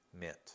meant